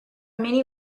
many